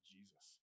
Jesus